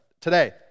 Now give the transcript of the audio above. Today